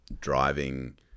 driving